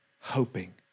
hoping